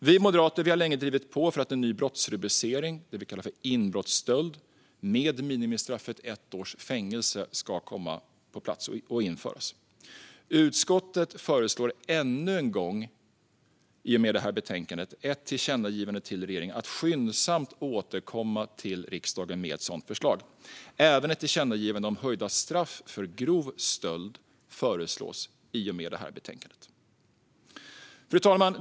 Vi moderater har länge drivit på för att ny brottsrubricering för något som vi kallar inbrottsstöld med minimistraffet ett års fängelse ska införas. Utskottet föreslår i detta betänkande ännu en gång ett tillkännagivande till regeringen om att skyndsamt återkomma till riksdagen med ett sådant förslag. Även ett tillkännagivande om höjda straff för grov stöld föreslås i och med detta betänkande. Fru talman!